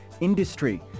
industry